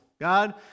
God